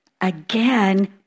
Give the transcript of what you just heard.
Again